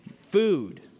food